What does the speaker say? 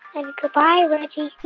and goodbye, reggie